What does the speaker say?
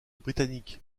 britannique